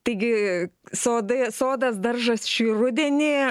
taigi sodai sodas daržas šį rudenį